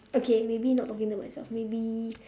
okay maybe not talking to myself maybe